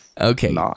Okay